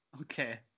Okay